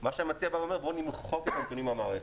מה שהמציע בא ואומר: בואו נמחק את הנתונים מהמערכת,